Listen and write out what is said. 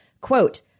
quote